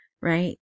right